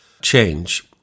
change